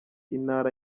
intara